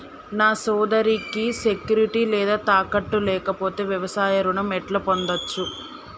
నా సోదరికి సెక్యూరిటీ లేదా తాకట్టు లేకపోతే వ్యవసాయ రుణం ఎట్లా పొందచ్చు?